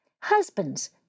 Husbands